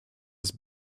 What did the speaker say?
his